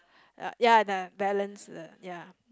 uh ya uh balance ya